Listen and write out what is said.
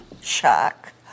shock